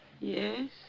Yes